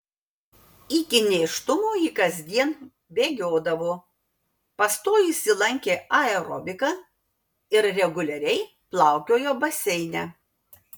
iki nėštumo ji kasdien bėgiodavo pastojusi lankė aerobiką ir reguliariai plaukiojo baseine